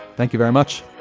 thank you very much